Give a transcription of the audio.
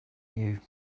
you